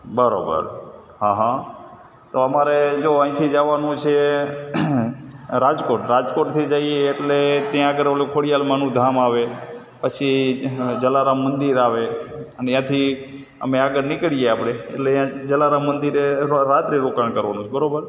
બરોબર હા હા તો અમારે જો અહીંથી જવાનું છે રાજકોટ રાજકોટથી જઈએ એટલે ત્યાં આગળ પેલું ખોડીયાર માનું ધામ આવે પછી જલારામ મંદિર આવે અને ત્યાંથી અમે આગળ નીકળીએ આપણે એટલે જલારામ મંદિરે અથવા રાત્રિ રોકાણ કરવાનું છે બરાબર